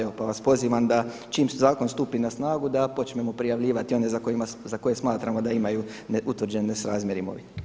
Evo pa vas pozivam da čim zakon stupi na snagu da počnemo prijavljivati one za koje smatramo da imaju utvrđeni nesrazmjer imovine.